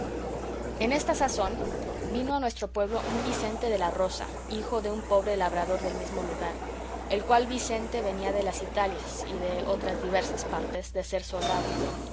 en esta sazón vino a nuestro pueblo un vicente de la rosa hijo de un pobre labrador del mismo lugar el cual vicente venía de las italias y de otras diversas partes de ser soldado